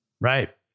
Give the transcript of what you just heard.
Right